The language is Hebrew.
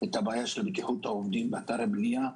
את בעיית בטיחות העובדים באתרי בניה,